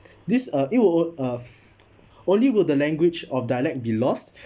these uh it'll uh only will the language of dialect be lost